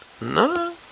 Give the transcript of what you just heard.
No